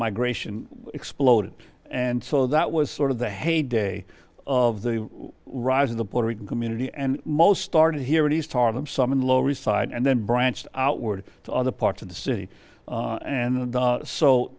migration exploded and so that was sort of the heyday of the rise of the puerto rican community and most started here in east harlem some in lower east side and then branched out word to other parts of the city and